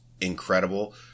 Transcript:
incredible